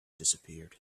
disappeared